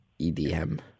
EDM